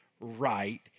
right